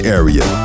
area